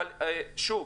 אבל שוב,